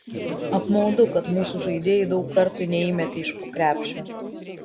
apmaudu kad mūsų žaidėjai daug kartų neįmetė iš po krepšio